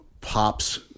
pops